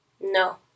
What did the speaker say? No